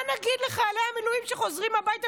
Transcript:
מה נגיד לחיילי המילואים שחוזרים הביתה